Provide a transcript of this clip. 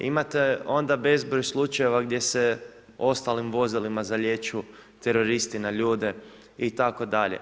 Imate onda bezbroj slučajeva gdje se ostalim vozilima zalijeću teroristi na ljude itd.